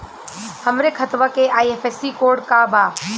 हमरे खतवा के आई.एफ.एस.सी कोड का बा?